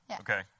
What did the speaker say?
Okay